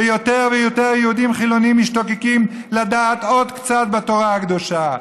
ויותר ויותר יהודים חילונים משתוקקים לדעת עוד קצת מהתורה הקדושה.